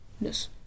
yes